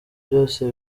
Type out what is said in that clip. byose